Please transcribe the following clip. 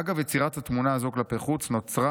אגב יצירת התמונה הזו כלפי חוץ נוצרה